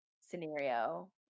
scenario